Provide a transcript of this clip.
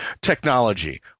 technology